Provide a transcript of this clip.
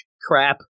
crap